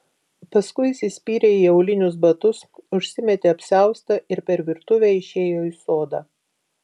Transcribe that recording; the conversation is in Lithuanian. paskui įsispyrė į aulinius batus užsimetė apsiaustą ir per virtuvę išėjo į sodą